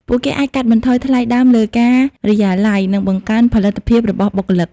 ពួកគេអាចកាត់បន្ថយថ្លៃដើមលើការិយាល័យ និងបង្កើនផលិតភាពរបស់បុគ្គលិក។